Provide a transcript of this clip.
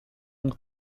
with